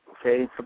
okay